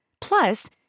Plus